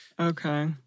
Okay